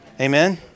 Amen